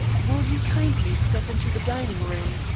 will you kindly step into the dining-room?